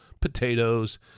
potatoes